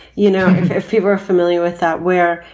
you know, if you're familiar with that, where,